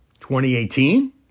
2018